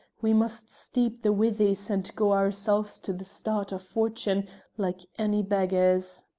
we must steep the withies and go ourselves to the start of fortune like any beggars.